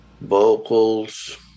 vocals